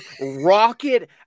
rocket